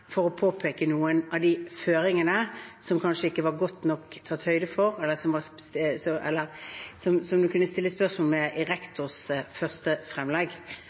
for å påpeke noen av de føringene som det kanskje ikke var tatt godt nok høyde for, eller som det kunne stilles spørsmål ved i rektors første fremlegg. Det er helt i